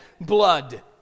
blood